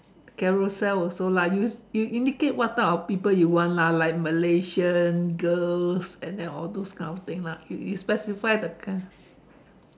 Carousell also lah you you indicate the people you want lah like Malaysian girls and then all those kind of things lah you specify the kind